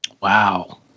Wow